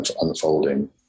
unfolding